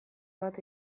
bat